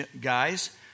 guys